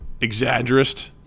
exaggerist